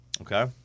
Okay